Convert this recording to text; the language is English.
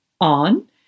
on